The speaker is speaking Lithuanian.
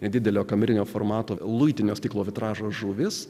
nedidelio kamerinio formato luitinio stiklo vitražo žuvis